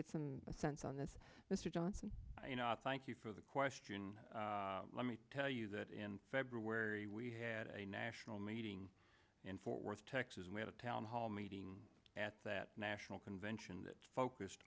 get some sense on this mr johnson thank you for the question let me tell you that in february we had a national meeting in fort worth texas and we had a town hall meeting at that national convention that focused